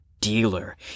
dealer